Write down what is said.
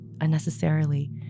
unnecessarily